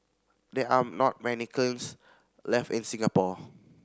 there are not many kilns left in Singapore